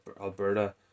Alberta